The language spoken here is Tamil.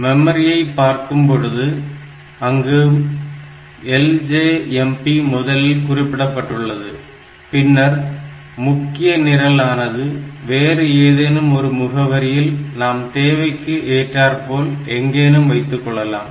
மெமரியை பார்க்கும் பொழுது அங்கும் LJMP முதலில் குறிப்பிடப்பட்டுள்ளது பின்னர் முக்கிய நிரலானது வேறு ஏதேனும் ஒரு முகவரியில் நாம் தேவைக்கு ஏற்றார்போல் எங்கேனும் வைத்துக்கொள்ளலாம்